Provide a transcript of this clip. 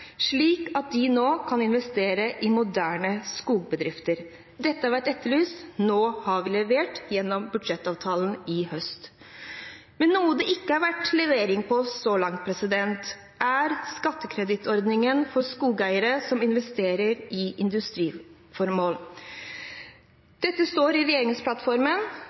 slik at de nå kan investere i moderne skogbedrifter. Dette har vært etterlyst. Nå har vi levert gjennom budsjettavtalen i høst. Noe det ikke har vært levert på så langt, er skattekredittordningen for skogeiere som investerer i industriformål. Dette står i regjeringsplattformen,